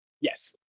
Yes